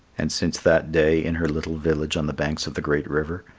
and since that day in her little village on the banks of the great river,